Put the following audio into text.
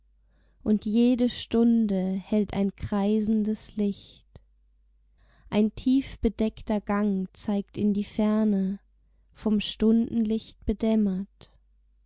und jede stunde hält ein kreisendes licht ein tief bedeckter gang zeigt in die ferne vom stundenlicht bedämmert